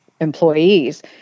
employees